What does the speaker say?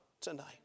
tonight